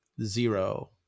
zero